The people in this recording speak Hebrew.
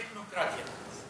אתנוקרטיה.